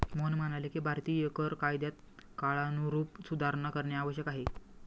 मोहन म्हणाले की भारतीय कर कायद्यात काळानुरूप सुधारणा करणे आवश्यक आहे